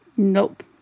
Nope